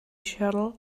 schedule